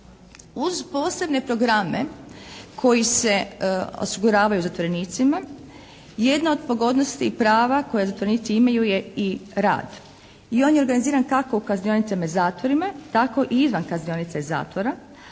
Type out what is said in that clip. Uz posebne programe koji se osiguravaju zatvorenicima jedna od pogodnosti i prava koja zatvorenici imaju je i rad. I on je organiziran kako u kaznionicama i zatvorima tako i izvan kaznionica i zatvora.